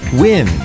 win